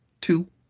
two